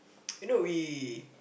you know we